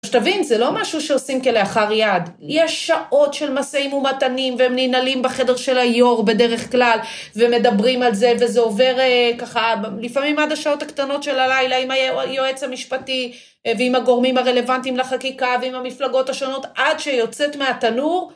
שתבין, זה לא משהו שעושים כלאחר יד. יש שעות של משאים ומתנים, והם ננעלים בחדר של היו"ר בדרך כלל, ומדברים על זה, וזה עובר ככה, לפעמים עד השעות הקטנות של הלילה, עם היועץ המשפטי, ועם הגורמים הרלוונטיים לחקיקה, ועם המפלגות השונות, עד שיוצאת מהתנור.